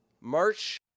March